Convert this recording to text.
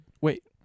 Wait